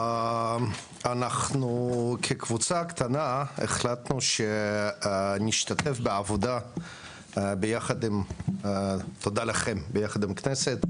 אנחנו כקבוצה קטנה החלטנו שנשתתף בעבודה ביחד עם הכנסת,